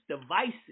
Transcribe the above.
Devices